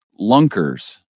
Lunkers